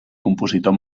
compositor